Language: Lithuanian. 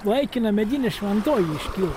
laikina medinė šventoji iškilo